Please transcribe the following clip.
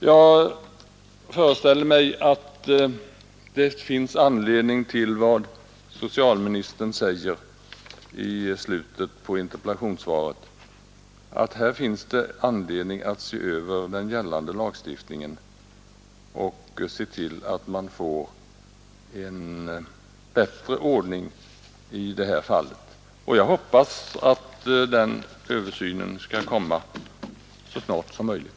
Jag föreställer mig att det är riktigt som socialministern säger i slutet av interpellationssvaret, att här finns anledning att se över den gällande lagstiftningen och se till att man får en bättre ordning i det här fallet. Jag hoppas att den översynen skall komma så snart som möjligt.